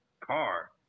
Car